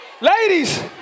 ladies